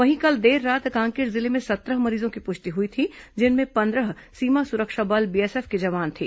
वहीं कल देर रात कांकेर जिले में सत्रह मरीजों की पुष्टि हुई थी जिनमें पंद्रह सीमा सुरक्षा बल बीएसएफ के जवान थे